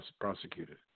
prosecuted